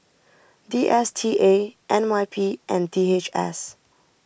D S T A N Y P and D H S